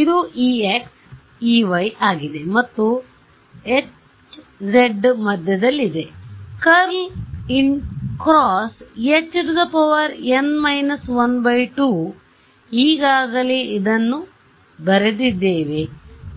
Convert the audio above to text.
ಇದು Ex Ey ಆಗಿದೆ ಮತ್ತು Hz ಮಧ್ಯದಲ್ಲಿದೆ ∇× Hn 12 ಈಗಾಗಲೆ ಇದನ್ನು ಬರೆದಿದ್ದೇವೆ